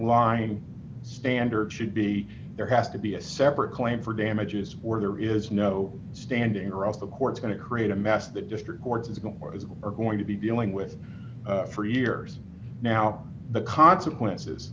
line standard should be there has to be a separate claim for damages where there is no standing or of the court going to create a mess the district courts are going to be dealing with for years now the consequences